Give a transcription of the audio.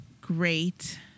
great